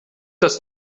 das